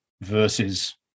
versus